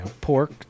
Pork